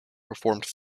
performed